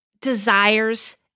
desires